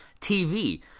TV